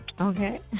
Okay